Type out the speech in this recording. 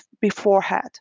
beforehand